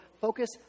Focus